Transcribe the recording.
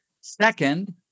Second